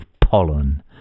pollen